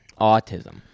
autism